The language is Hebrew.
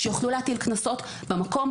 שיוכלו להטיל קנסות במקום.